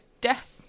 death